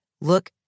look